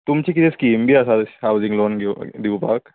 तुमची कितें स्किम बी आसा हावजींग लोन घेव दिवपाक